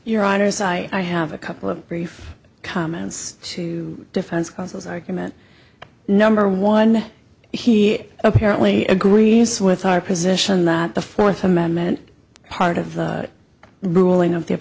site i have a couple of brief comments to defense counsel's argument number one he apparently agrees with our position that the fourth amendment part of the ruling of the